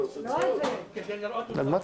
הבקשה